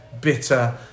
bitter